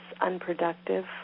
unproductive